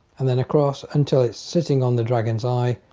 and then across until it's sitting on the dragon's eye,